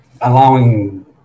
allowing